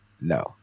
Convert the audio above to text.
No